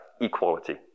equality